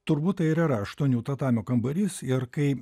turbūt tai ir yra aštuonių tatamių kambarys ir kai